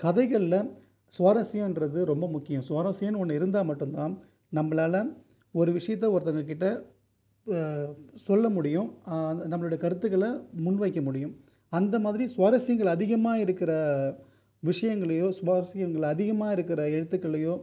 கதைகளில் சுவாரஸ்யம்ங்றது ரொம்ப முக்கியம் சுவாரஸ்யம்னு ஒன்று இருந்தால் மட்டும்தான் நம்மளால் ஒரு விஷயத்தை ஒருத்தவங்ககிட்டே சொல்ல முடியும் நம்மளோட கருத்துக்களை முன் வைக்க முடியும் அந்த மாதிரி சுவாரஸ்யங்கள் அதிகமாக இருக்கிற விஷயங்களையோ சுவாரஸ்யங்கள் அதிகமாக இருக்கிற எழுத்துக்களையோ